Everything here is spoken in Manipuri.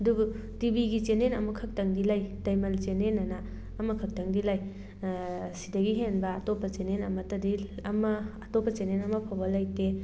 ꯑꯗꯨꯕꯨ ꯇꯤꯚꯤꯒꯤ ꯆꯦꯅꯦꯜ ꯑꯃ ꯈꯛꯇꯪꯗꯤ ꯂꯩ ꯗꯥꯏꯃꯟ ꯆꯦꯅꯦꯜ ꯑꯅ ꯑꯃ ꯈꯛꯇꯪꯗꯤ ꯂꯩ ꯁꯤꯗꯒꯤ ꯍꯦꯟꯕ ꯑꯇꯣꯞꯄ ꯆꯦꯅꯦꯜ ꯑꯃꯇꯗꯤ ꯑꯃ ꯑꯇꯣꯞꯄ ꯆꯦꯅꯦꯜ ꯑꯃ ꯐꯥꯎꯕ ꯂꯩꯇꯦ